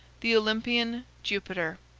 the olympian jupiter